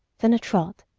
then a trot,